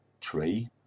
tree